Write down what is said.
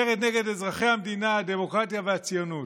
מרד נגד אזרחי המדינה, הדמוקרטיה והציונות.